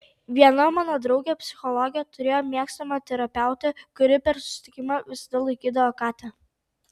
viena mano draugė psichologė turėjo mėgstamą terapeutę kuri per susitikimą visada laikydavo katę